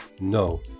no